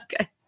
okay